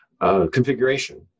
configuration